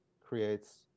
creates